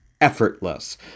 effortless